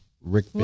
Rick